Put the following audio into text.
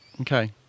Okay